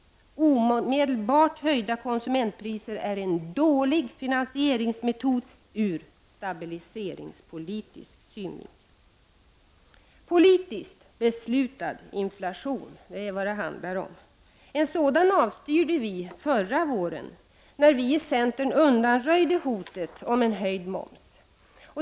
Omedelbart höjda konsumentpriser är en dålig finansieringsmetod ur stabiliseringspolitisk synvinkel. Politiskt beslutad inflation är vad det handlar om. En sådan avstyrde vi i centern förra våren, när vi undanröjde hotet om en höjd moms.